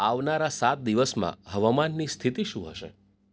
આવનારા સાત દિવસમાં હવામાનની સ્થિતિ શું હશે